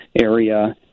area